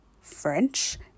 French